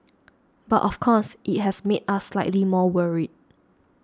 but of course it has made us slightly more worried